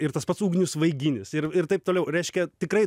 ir tas pats ugnius vaiginis ir ir taip toliau reiškia tikrai